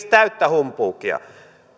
täyttä humpuukia